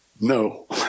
no